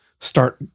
start